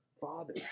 Father